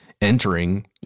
entering